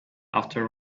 after